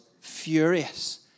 furious